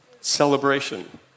celebration